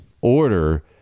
order